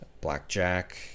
Blackjack